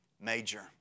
major